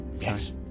Yes